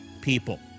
people